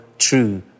true